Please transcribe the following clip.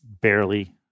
barely